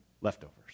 leftovers